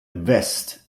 vest